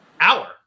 hour